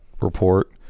report